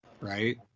right